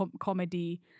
comedy